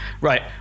right